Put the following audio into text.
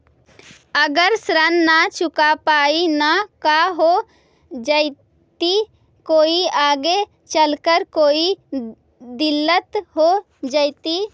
अगर ऋण न चुका पाई न का हो जयती, कोई आगे चलकर कोई दिलत हो जयती?